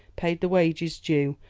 paid the wages due,